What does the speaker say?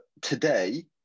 today